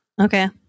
Okay